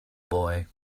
boy